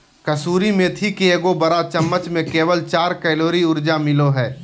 कसूरी मेथी के एगो बड़ चम्मच में केवल चार कैलोरी ऊर्जा मिलो हइ